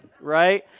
Right